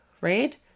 Right